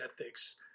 ethics